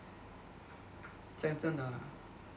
讲真的